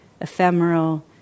ephemeral